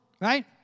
right